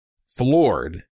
floored